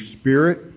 Spirit